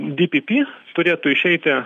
di pi pi turėtų išeiti